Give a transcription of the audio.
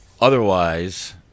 Otherwise